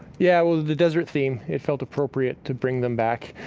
yeah, well the desert theme, it felt appropriate to bring them back.